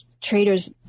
traders